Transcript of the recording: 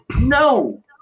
No